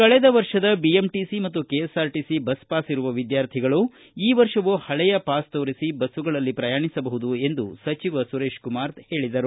ಕಳೆದ ವರ್ಷದ ಬಿಎಂಟಿಸಿ ಮತ್ತು ಕೆಎಸ್ಆರ್ಟಿಸಿ ಬಸ್ ಪಾಸ್ ಇರುವ ವಿದ್ವಾರ್ಥಿಗಳು ಈ ವರ್ಷವೂ ಹಳೆಯ ಪಾಸ್ ತೋರಿಸಿ ಪ್ರಯಾಣಿಸಬಹುದು ಎಂದು ಸುರೇಶಕುಮಾರ ಹೇಳಿದರು